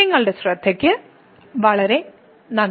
നിങ്ങളുടെ ശ്രദ്ധയ്ക്ക് വളരെ നന്ദി